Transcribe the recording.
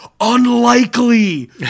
Unlikely